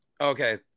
Okay